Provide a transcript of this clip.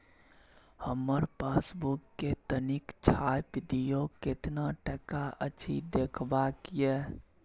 हमर पासबुक के तनिक छाय्प दियो, केतना टका अछि देखबाक ये?